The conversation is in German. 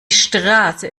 straße